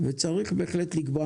וצריך בהחלט לקבוע